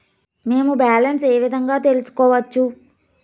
మేము బ్యాలెన్స్ ఏ విధంగా తెలుసుకోవచ్చు?